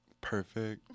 Perfect